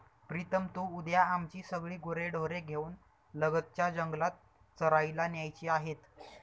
प्रीतम तू उद्या आमची सगळी गुरेढोरे घेऊन लगतच्या जंगलात चरायला न्यायची आहेत